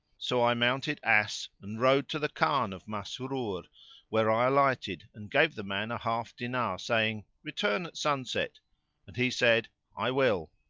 so i mounted ass and rode to the khan of masrur where i alighted and gave the man a half dinar, saying, return at sunset and he said i will.